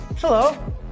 Hello